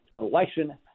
election